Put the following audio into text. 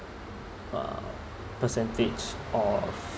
uh percentage of